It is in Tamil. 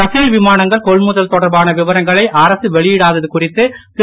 ரஃபேல் விமானங்கள் கொள்முதல் தொடர்பான விவரங்களை அரசு வெளியிடாதது குறித்து திரு